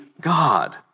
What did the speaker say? God